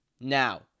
now